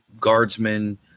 guardsmen